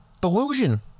delusion